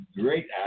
great